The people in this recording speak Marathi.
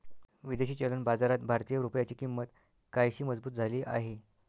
विदेशी चलन बाजारात भारतीय रुपयाची किंमत काहीशी मजबूत झाली आहे